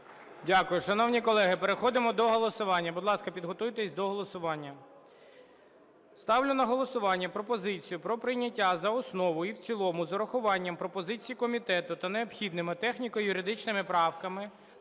Дякую. Шановні колеги, переходимо до голосування. Будь ласка, підготуйтесь до голосування. Ставлю на голосування пропозицію про прийняття за основу і в цілому з урахуванням пропозицій комітету та необхідними техніко-юридичними правками